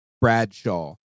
Bradshaw